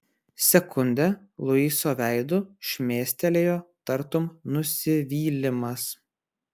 sekundę luiso veidu šmėstelėjo tartum nusivylimas